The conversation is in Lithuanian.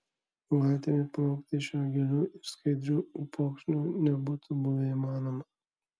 valtimi plaukti šiuo giliu ir skaidriu upokšniu nebūtų buvę įmanoma